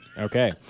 Okay